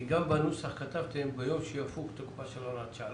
גם בנוסח כתבתם ביום שיפוג תוקפה של הוראת השעה.